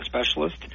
specialist